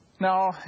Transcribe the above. Now